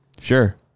sure